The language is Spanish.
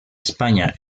españa